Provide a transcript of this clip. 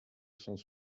cent